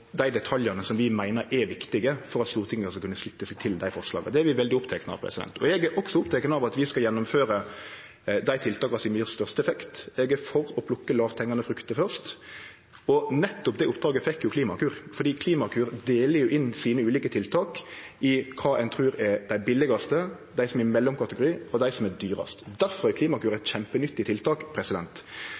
dei detaljane som vi meiner er viktige for at Stortinget også skal kunne slutte seg til dei forslaga. Det er vi veldig opptekne av. Eg er også oppteken av at vi skal gjennomføre dei tiltaka som gjev størst effekt. Eg er for å plukke lågthengande frukter først, og nettopp det oppdraget fekk jo Klimakur, for Klimakur deler inn sine ulike tiltak i kva ein trur er dei billigaste, dei som er i mellomkategorien, og dei som er dyraste. Derfor er Klimakur eit kjempenyttig tiltak.